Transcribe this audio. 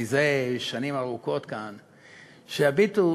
מזה שנים ארוכות כאן: הביטו,